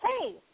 Hey